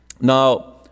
Now